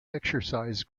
exercise